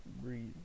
breathe